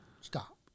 Stop